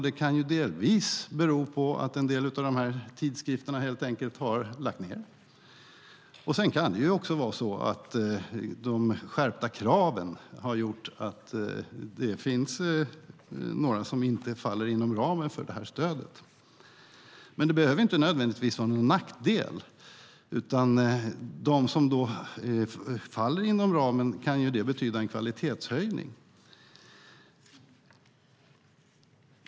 Det kan delvis bero på att en del av de här tidskrifterna helt enkelt har lagts ned. Sedan kan det också vara så att de skärpta kraven har gjort att det finns några som inte faller inom ramen för det här stödet, men det behöver inte nödvändigtvis vara någon nackdel. För dem som faller inom ramen kan det betyda en kvalitetshöjning.